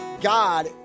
God